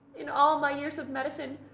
in all my years of medicine,